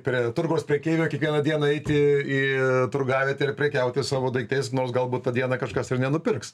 prie turgaus prekeivio kiekvieną dieną eiti į turgavietę ir prekiauti savo daiktais nors galbūt tą dieną kažkas ir nenupirks